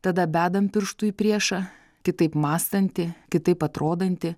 tada bedam pirštu į priešą kitaip mąstantį kitaip atrodantį